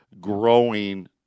growing